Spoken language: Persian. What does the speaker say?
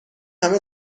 همه